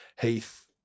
Heath